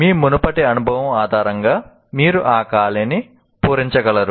మీ మునుపటి అనుభవం ఆధారంగా మీరు ఆ ఖాళీని పూరించగలరు